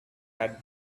had